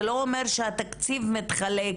זה לא אומר שהתקציב מתחלק